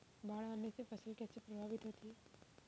बाढ़ आने से फसल कैसे प्रभावित होगी?